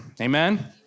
Amen